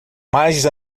mais